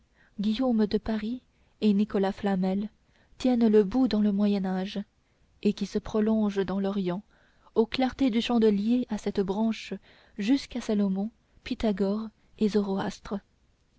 guillaume de paris et nicolas flamel tiennent le bout dans le moyen âge et qui se prolonge dans l'orient aux clartés du chandelier à sept branches jusqu'à salomon pythagore et